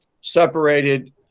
separated